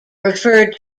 referred